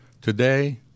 today